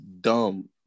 dumb